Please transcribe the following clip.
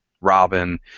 Robin